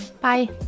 Bye